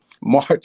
March